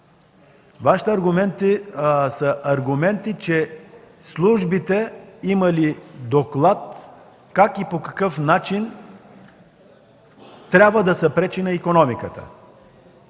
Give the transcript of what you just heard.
Вашите аргументи са, че службите имали доклад как и по какъв начин трябва да се пречи на икономиката.